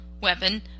weapon